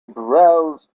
browsed